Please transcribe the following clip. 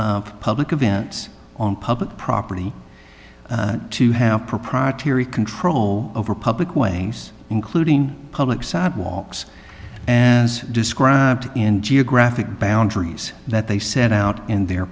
up public events on public property to have proprietary control over public ways including public sidewalks and described in geographic boundaries that they set out in their